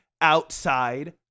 outside